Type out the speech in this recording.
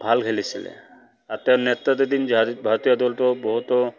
ভাল খেলিছিলে আৰু তেওঁৰ নেতৃত্বাধীন ভাৰতীয় দলটো বহুতো